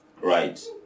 Right